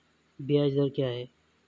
ब्याज दर क्या है?